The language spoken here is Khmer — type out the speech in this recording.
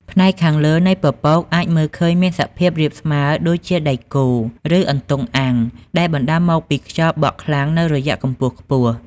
ផ្នែកខាងលើនៃពពកអាចមើលឃើញមានសភាពរាបស្មើដូចជាដែកគោល ឬអន្ទង់អាំង ដែលបណ្តាលមកពីខ្យល់បក់ខ្លាំងនៅរយៈកម្ពស់ខ្ពស់។